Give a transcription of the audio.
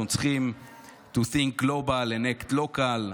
צריכים to think global and act local,